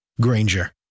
Granger